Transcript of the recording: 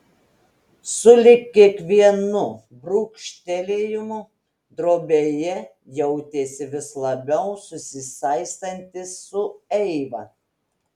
sulig kiekvienu brūkštelėjimu drobėje jautėsi vis labiau susisaistantis su eiva